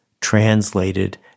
translated